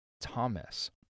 Thomas